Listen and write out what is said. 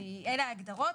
אלה ההגדרות.